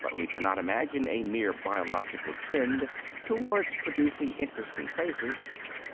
but we cannot imagine a mere biological trend towards producing interesting faces